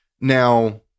Now